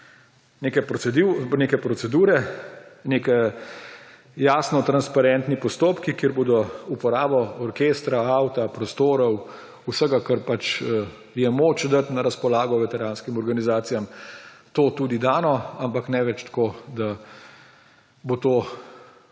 neke procedure, neki jasni transparentni postopki, kjer bodo uporabo orkestra, avta, prostorov, vsega, kar je moč dati na razpolago veteranskim organizacijam, to tudi dano, ampak ne več tako, da bo to